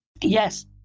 Yes